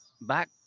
back